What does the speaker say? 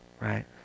right